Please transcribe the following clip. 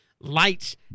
lights